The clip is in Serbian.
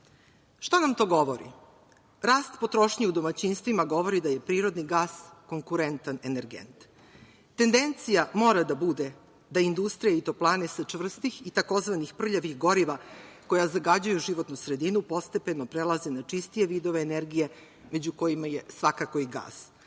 nam to govori? Rast potrošnje u domaćinstvima govori da je prirodni gas konkurentan energent. Tendencija mora da bude da industrija i toplane čvrstih i takozvanih prljavih goriva koja zagađuju životnu sredinu postepeno prelazi na čistije vidove energije među kojima je svakako i gas.